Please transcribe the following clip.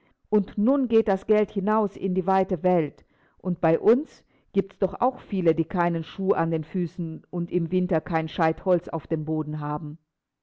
und nun geht das geld hinaus in die weite welt und bei uns gibt's doch auch viele die keinen schuh an den füßen und im winter kein scheit holz auf dem boden haben